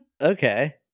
Okay